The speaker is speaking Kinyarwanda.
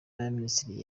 y‟abaminisitiri